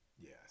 Yes